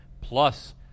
plus